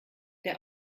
der